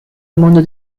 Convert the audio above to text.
mondo